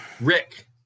Rick